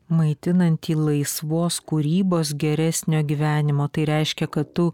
maitinantį laisvos kūrybos geresnio gyvenimo tai reiškia kad tu